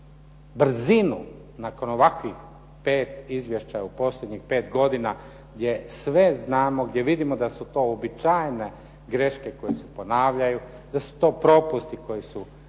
brzinu nakon ovakvih pet izvješća u posljednjih pet godina gdje sve znamo, gdje vidimo da su to uobičajene greške koje se ponavljaju, da su to propusti koji su